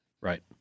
Right